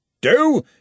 Do